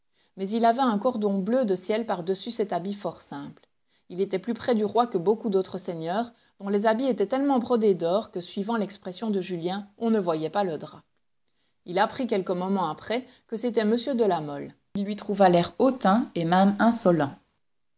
mais il avait un cordon bleu de ciel par-dessus cet habit fort simple il était plus près du roi que beaucoup d'autres seigneurs dont les habits étaient tellement brodés d'or que suivant l'expression de julien on ne voyait pas le drap il apprit quelques moments après que c'était m de la mole il lui trouva l'air hautain et même insolent